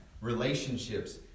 relationships